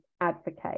advocate